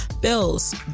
bills